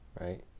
Right